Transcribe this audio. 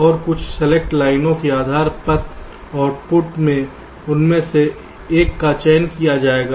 और कुछ सेलेक्ट लाइनों के आधार पर आउटपुट में उनमें से एक का चयन किया जाएगा